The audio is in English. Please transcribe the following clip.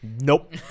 Nope